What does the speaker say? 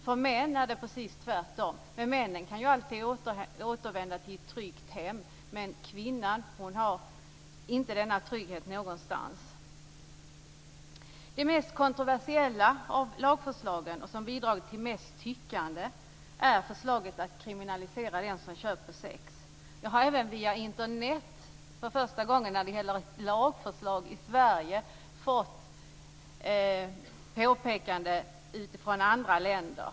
För en man är det precis tvärtom men mannen kan ju alltid återvända till ett tryggt hem. Kvinnan däremot har inte den tryggheten någonstans. Det mest kontroversiella lagförslaget, det förslag som bidragit till mesta tyckandet, är förslaget om att kriminalisera den som köper sex. Jag har även via Internet för första gången när det gäller ett lagförslag i Sverige fått påpekanden från andra länder.